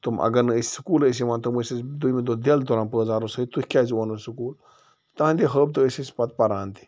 تِم اگر نہٕ أسۍ سکوٗل ٲسۍ یِوان تِم ٲسۍ اسہِ دوٚیمہِ دۄہ دٮ۪ل تُلان پٲزارو سۭتۍ تُہۍ کیٛازِ ٲو نہٕ سکوٗل تہنٛدے ہٲبتہٕ ٲسۍ أسۍ پتہٕ پران تہِ